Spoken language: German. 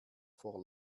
vor